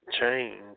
change